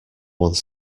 one